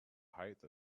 height